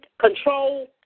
control